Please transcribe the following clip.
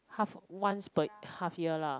half once per half year lah